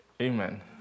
Amen